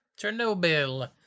Chernobyl